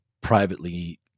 privately